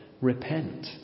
Repent